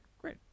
Great